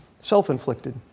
self-inflicted